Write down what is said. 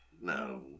No